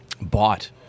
bought